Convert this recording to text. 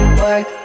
work